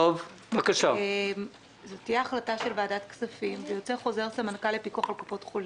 אין "יודעים מראש".